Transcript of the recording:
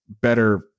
better